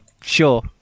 Sure